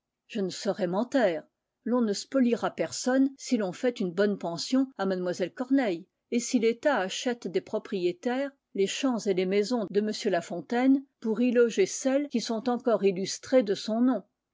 je ne saurais m'en taire l'on ne spoliera personne si l'on fait une bonne pension à mlle corneille et si l'état achète des propriétaires les champs et les maisons de m la fontaine pour y loger celles qui sont encore illustrées de son nom